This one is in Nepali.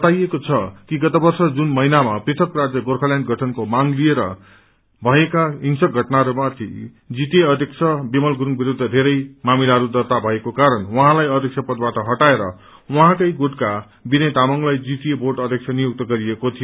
बताइएको छ कि गत वर्ष जून महिनामा पृथक राज्य गोर्खाल्याण्ड गठनको मांग लिएर भएका हिंसक घटनाहरूपछि जीटीए अध्यक्ष विमल गुरूङ विरूद्ध धेरै मामिलाहरू दर्त्ता भएको कारण उहाँलाई अध्यक्ष पदबाट हटाएर उहाँकै गुटका विनय तामाङलाई जीटीए बोर्ड अध्यक्ष नियुक्त गरिएको थियो